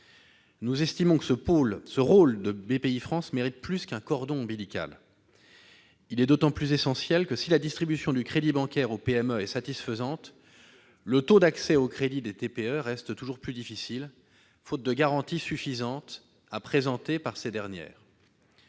nationale ». Ce rôle de Bpifrance mérite plus qu'un cordon ombilical ! Il est d'autant plus essentiel que, si la distribution du crédit bancaire aux PME est satisfaisante, le taux d'accès au crédit des TPE reste toujours plus difficile, faute de garanties suffisantes à présenter par ces dernières.